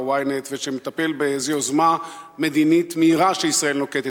Ynet ומטפל באיזו יוזמה מדינית מהירה שישראל נוקטת.